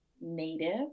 native